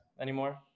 anymore